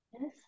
Yes